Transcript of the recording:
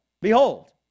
behold